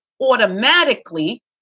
automatically